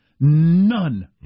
none